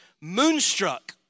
moonstruck